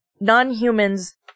non-humans